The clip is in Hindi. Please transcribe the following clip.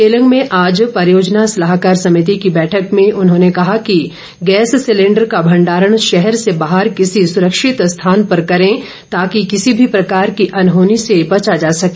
केलंग में आज परियोजना सलाहकार समिति की बैठक में उन्होंने कहा कि गैस सिलेंडर का भंडारण शहर से बाहर किसी सुरक्षित स्थान पर करे ताकि किसी भी प्रकार की अनहोनी से बचा जा सके